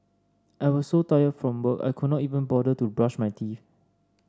I was so tired from work I could not even bother to brush my teeth